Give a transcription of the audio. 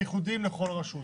הייחודיים לכל רשות.